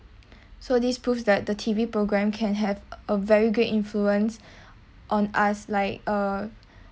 so these prove that the T_V programme can have a very great influence on us like uh